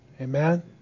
Amen